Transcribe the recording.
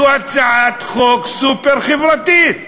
זו הצעת חוק סופר-חברתית.